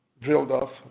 drilled-off